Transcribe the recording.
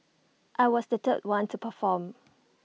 I was the third one to perform